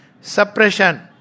suppression